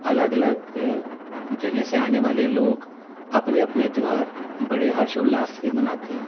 الگ الگ جگہ سے آنے والے لوگ اپنے اپنے تیوہار بڑے ہرش و الاس سے مناتے ہیں